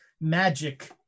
magic